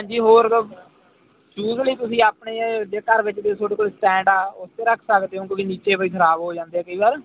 ਜੀ ਹੋਰ ਸ਼ੁਜ ਲਈ ਤੁਸੀਂ ਆਪਣੇ ਦੇ ਘਰ ਵਿੱਚ ਵੀ ਤੁਹਾਡੇ ਕੋਲ ਸਟੈਂਡ ਆ ਉੱਥੇ ਰੱਖ ਸਕਦੇ ਹੋ ਕੋਈ ਨੀਚੇ ਕੋਈ ਖਰਾਬ ਹੋ ਜਾਂਦੇ ਕਈ ਵਾਰ